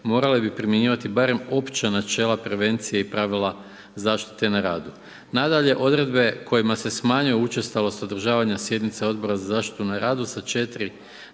morale bi primjenjivati barem opća načela prevencije i pravila zaštite na radu. Nadalje, odredbe kojima se smanjuje učestalost održavanja sjednica Odbora za zaštitu na radu sa 4